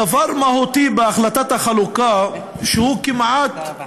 דבר מהותי בהחלטת החלוקה, שכמעט